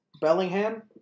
Bellingham